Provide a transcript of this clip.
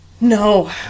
No